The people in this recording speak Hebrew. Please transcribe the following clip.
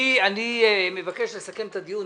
אני מבקש לסכם את הדיון.